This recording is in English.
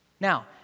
Now